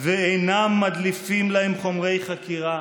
ואינם מדליפים להם חומרי חקירה,